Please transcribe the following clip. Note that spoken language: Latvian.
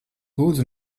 lūdzu